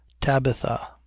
tabitha